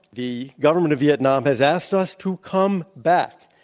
the government of vietnam has asked us to come back.